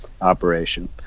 operation